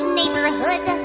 neighborhood